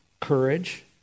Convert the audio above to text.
Courage